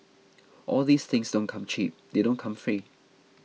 all these things don't come cheap they don't come free